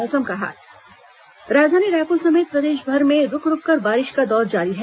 मौसम राजधानी रायपुर समेत प्रदेशभर में रूक रूककर बारिश का दौर जारी है